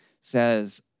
says